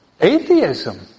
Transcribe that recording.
atheism